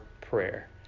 prayer